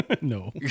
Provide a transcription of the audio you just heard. No